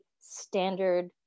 standard